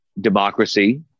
democracy